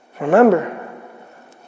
Remember